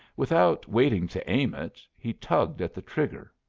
without waiting to aim it, he tugged at the trigger.